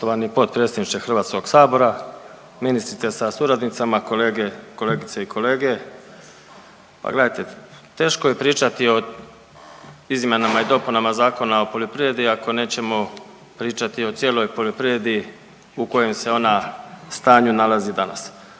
HS-a, ministrice sa suradnicima, kolege, kolegice i kolege. Pa gledajte, teško je pričati o izmjenama i dopunama Zakona o poljoprivredi ako nećemo pričati o cijeloj poljoprivredi u kojem se ona stanju nalazi danas.